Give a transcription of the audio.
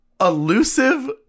elusive